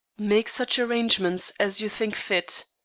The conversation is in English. make such arrangements as you think fit.